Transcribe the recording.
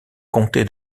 comté